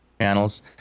channels